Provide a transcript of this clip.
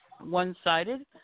one-sided